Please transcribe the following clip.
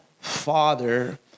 father